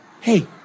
Hey